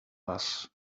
was